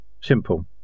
Simple